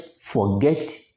forget